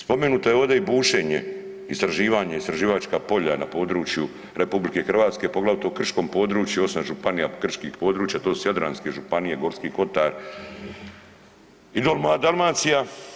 Spomenuto je ovdje i bušenje, istraživanje, istraživačka polja na području RH, poglavito u krškom području, 8 županija krških područja, to su jadranske županije, Gorski kotar i doli moja Dalmacija.